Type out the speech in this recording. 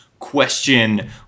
question